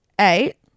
eight